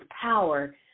power